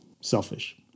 selfish